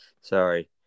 sorry